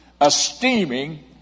esteeming